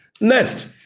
Next